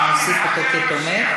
אנחנו נוסיף אותו כתומך.